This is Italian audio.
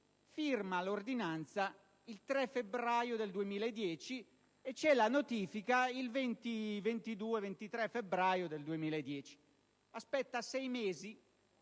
firma l'ordinanza il 3 febbraio del 2010 e ce la notifica il 22 o il 23 febbraio 2010: aspetta sei mesi